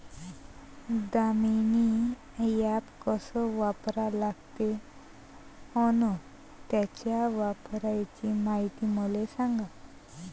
Damini app कस वापरा लागते? अन त्याच्या वापराची मायती मले सांगा